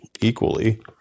equally